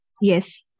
yes